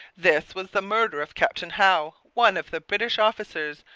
this was the murder of captain howe, one of the british officers,